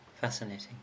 Fascinating